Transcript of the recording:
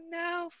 now